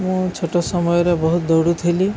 ମୁଁ ଛୋଟ ସମୟରେ ବହୁତ ଦୌଡ଼ୁଥିଲି